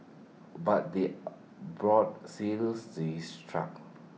but the borders seals he is truck